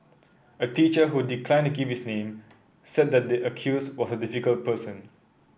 a teacher who declined to give his name said that the accused was a difficult person